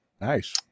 Nice